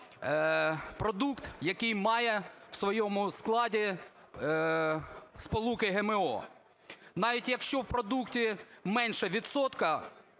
продукт, який має в своєму складі сполуки ГМО. Навіть якщо в продукті менше відсотка